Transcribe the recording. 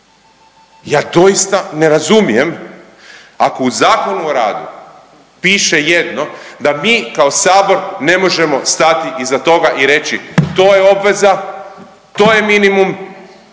Ja doista ne razumijem ako u Zakonu o radu piše jedno, da mi kao Sabor ne možemo stati iza toga i reći to je obveza, to je minimum